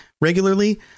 regularly